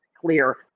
clear